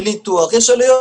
בניתוח יש עלויות,